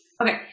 Okay